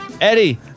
Eddie